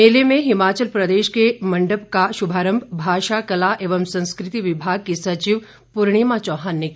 मेले में हिमाचल प्रदेश के मण्डप का शुभारम्भ भाषा कला एवं संस्कृति विभाग की सचिव पूर्णिमा चौहान ने किया